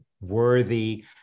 worthy